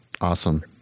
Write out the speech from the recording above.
Awesome